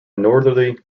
northerly